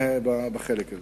אני